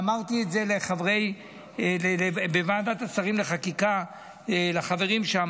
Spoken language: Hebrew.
ואמרתי את זה בוועדת השרים לחקיקה, לחברים שם.